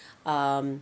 um